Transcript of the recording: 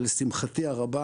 אבל לשמחתי הרבה